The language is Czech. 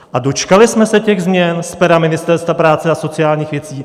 A dočkali jsme se těch změn z pera Ministerstva práce a sociálních věcí?